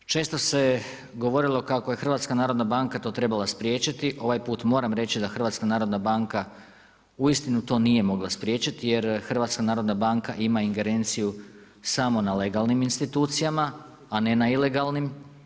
Često se govorilo kako je HNB to trebala spriječiti, ovaj put, moram reći da HNB, uistinu to nije mogla spriječiti, jer HNB ima ingerenciju samo na legalnim institucijama, a ne na ilegalnim.